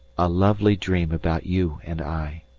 a lovely dream about you and i.